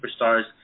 superstars